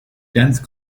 dense